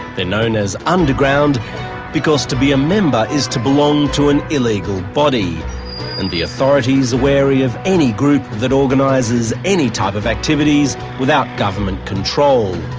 they're known as underground because to be a member is to belong to an illegal body and the authorities are wary of any group that organises any type of activities without government control.